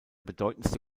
bedeutendste